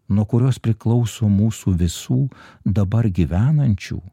nuo kurios priklauso mūsų visų dabar gyvenančių